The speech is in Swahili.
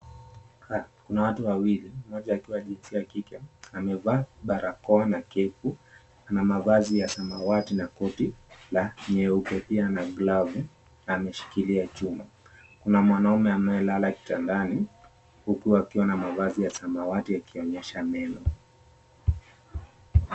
Kuna watu wawili, mmoja akiwa jinsia ya kike amevaa barakoa na cape na mavazi ya samawati na koti la nyeupe pia na glavu ameshikilia chuma. Kuna mwanaume anayelala kitandani huku akiwa na mavazi ya samawati akionyesha meno.